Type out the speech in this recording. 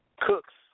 cooks